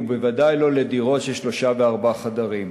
ובוודאי לא דירות של שלושה וארבעה חדרים